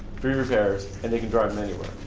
free repairs and they can drive them anywhere.